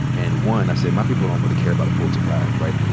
and, one, i said, my people don't really care about a pulitzer prize, right?